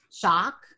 shock